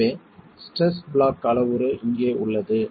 எனவே stress block அளவுரு இங்கே உள்ளது